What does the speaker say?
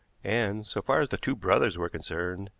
and, so far as the two brothers were concerned,